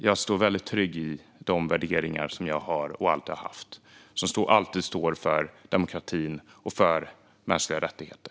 Jag står väldigt tryggt i de värderingar som jag har och alltid har haft, som innebär att jag alltid står för demokrati och mänskliga rättigheter.